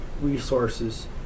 resources